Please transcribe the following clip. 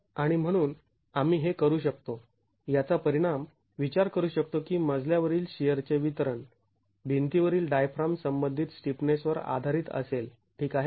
आणि म्हणून आम्ही हे करू शकतो याचा परिणाम विचार करू शकतो की मजल्या वरील शिअरचे वितरण भिंतीवरील डायफ्राम संबंधित स्टिफनेस वर आधारित असेल ठीक आहे